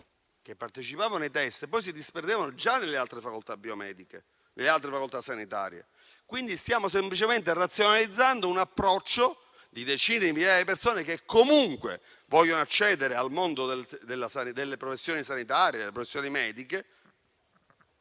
che partecipavano ai test poi si disperdevano già nelle altre facoltà biomediche e sanitarie, quindi stiamo semplicemente razionalizzando un approccio di decine di migliaia persone che comunque vogliono accedere al mondo delle professioni sanitarie e mediche,